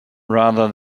rather